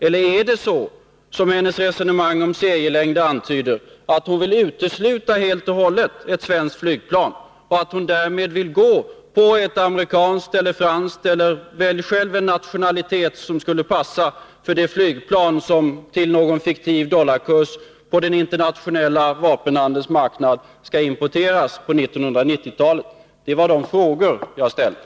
Eller är det så, som hennes resonemang som serielängder antyder, att hon vill utesluta helt och hållet ett svenskt flygplan och att hon därmed vill ha ett amerikanskt eller franskt plan? Eller välj själv en nationalitet som skulle passa på det flygplan som till någon fiktiv dollarkurs på den internationella vapenhandelns marknad skall importeras på 1990-talet. Det var de frågor som jag ställde.